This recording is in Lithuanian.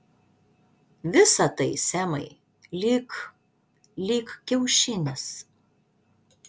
visa tai semai lyg lyg kiaušinis